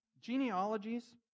Genealogies